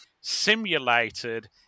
simulated